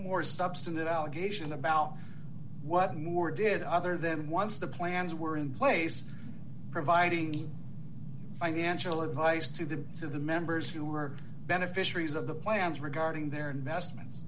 more substantive allegation about what more did other than once the plans were in place providing financial advice to the to the members who were beneficiaries of the plans regarding their investments